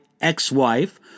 ex-wife